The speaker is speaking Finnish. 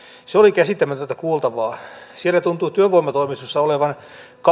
se oli käsittämätöntä kuultavaa siellä tuntuu työvoimatoimistossa olevan